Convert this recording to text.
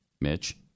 Mitch